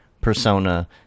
persona